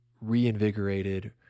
reinvigorated